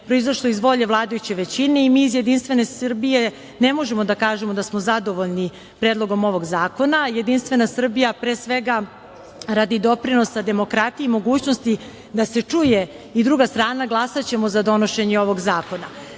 proizašlo iz volje vladajuće većine i mi iz JS, ne možemo da kažemo da smo zadovoljni predlogom ovog zakona, jer JS, pre svega radi doprinosa demokratije i mogućnosti da se čuje i druga strana, glasaćemo za donošenje ovog zakona.